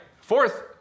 fourth